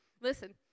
Listen